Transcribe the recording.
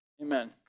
Amen